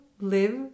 live